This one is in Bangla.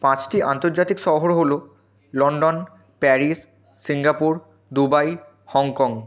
পাঁচটি আন্তর্জাতিক শহর হল London Paris Singapore Dubai Hong Kong